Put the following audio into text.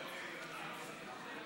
26